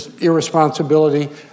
irresponsibility